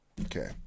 Okay